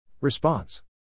Response